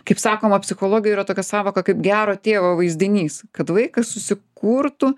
kaip sakoma psichologijoje yra tokia sąvoka kaip gero tėvo vaizdinys kad vaikas susikurtų